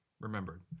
Remembered